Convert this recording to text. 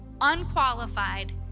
unqualified